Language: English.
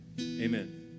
Amen